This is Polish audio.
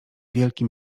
wielkim